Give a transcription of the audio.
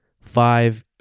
Five